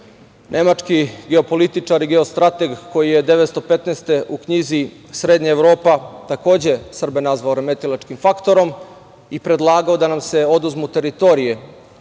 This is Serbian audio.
nemački geopolitičar, geostrateg koji je 1915. godine u knjizi „Srednja Evropa“, takođe Srbe nazvao remetilačkim faktorom i predlagao da nam se oduzmu teritorije,